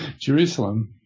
Jerusalem